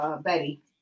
Betty